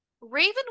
Raven